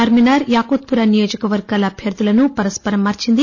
చార్మినార్ యాఖుత్పురా నియోజకవర్గాల అభ్వర్ణులను పరస్పరం మార్పింది